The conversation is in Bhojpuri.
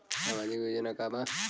सामाजिक योजना का बा?